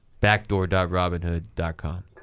Backdoor.robinhood.com